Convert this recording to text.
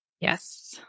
Yes